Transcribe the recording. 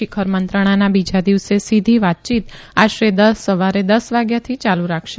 શિખર મંત્રણાના બીજા દિવસે સીધી વાતચીત આશરે સવારે દસ વાગ્યાથી ચાલુ રાખશે